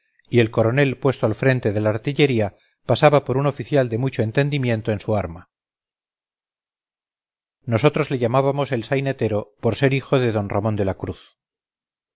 y el coronel puesto al frente de la artillería pasaba por un oficial de mucho entendimiento en su arma nosotros le llamábamos el sainetero por ser hijo de d ramón de la cruz